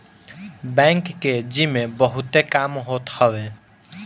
bank के जिम्मे बहुते काम होत हवे